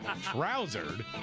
Trousered